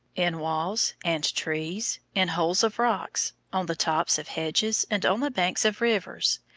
in walls and trees, in holes of rocks, on the tops of hedges and on the banks of rivers.